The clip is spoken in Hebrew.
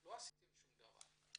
לא עשיתם שום דבר.